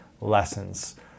lessons